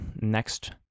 next